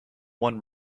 one